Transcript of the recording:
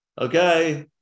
okay